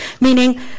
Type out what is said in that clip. Meaning